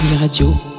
Radio